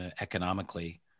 economically